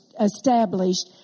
established